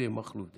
מכלוף דרעי.